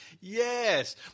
Yes